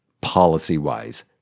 policy-wise